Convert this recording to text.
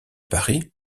paris